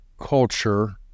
culture